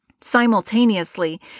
Simultaneously